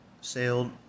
sailed